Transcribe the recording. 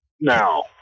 now